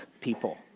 people